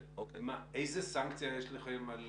איזה סנקציה יש לכם על